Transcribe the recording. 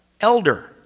elder